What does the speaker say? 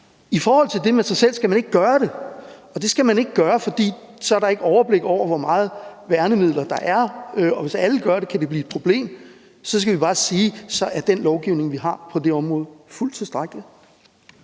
Hvis det er til sig selv, skal man heller ikke gøre det, for så er der ikke overblik over, hvor mange værnemidler der er, og hvis alle gør det, kan det blive et problem. Så skal vi bare sige, at så er den lovgivning, vi har på det område, fuldt ud tilstrækkelig.